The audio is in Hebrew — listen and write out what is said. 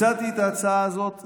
הצעתי את ההצעה הזאת,